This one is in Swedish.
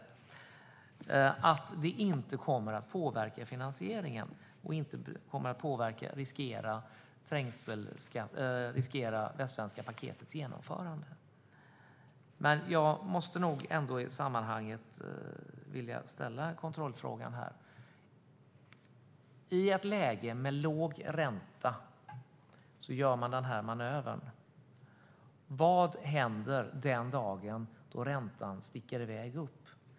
I svaret sägs att detta inte kommer att påverka finansieringen och inte heller riskera Västsvenska paketets genomförande. Jag vill ändå i sammanhanget ställa en kontrollfråga: Man gör den här manövern i ett läge med låg ränta. Vad händer den dagen då räntan sticker i väg upp?